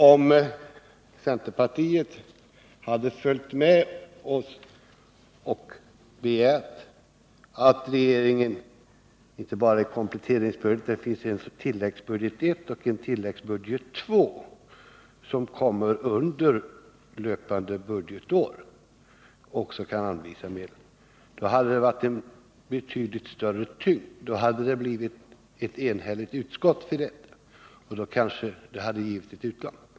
Om centerpartiet hade följt med oss och begärt att regeringen, inte bara i kompletteringspropositionen, utan också i tilläggsbudget I och tilläggsbudget II — det kommer ju tilläggsbudgetar under löpande budgetår — också kan anvisa medel, då hade det blivit en betydligt större tyngd över förslaget, som då hade blivit ett enigt utskottsförslag och då hade det också givit ett annat utslag.